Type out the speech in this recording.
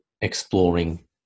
exploring